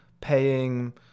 paying